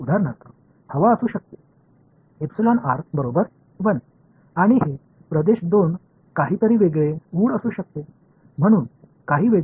उदाहरणार्थ हवा असू शकते बरोबर 1 आणि हे प्रदेश 2 काहीतरी वेगळे वूड असू शकते म्हणून काही वेगळे